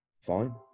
fine